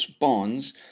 bonds